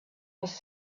was